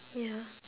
ya